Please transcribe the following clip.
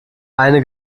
eine